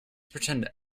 pretend